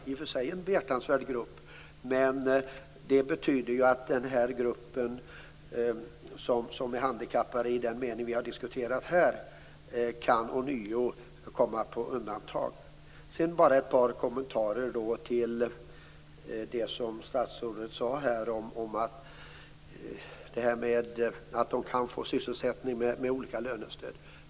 I och för sig är det en behjärtansvärd grupp, men det betyder att den grupp människor som är handikappade i den mening som vi har diskuterat här ånyo kan komma på undantag. Sedan har jag bara ett par kommentarer till det statsrådet sade om att de kan få sysselsättning med olika lönestöd.